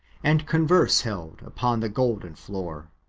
and converse held upon the golden floor.